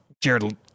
Jared